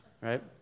right